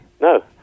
No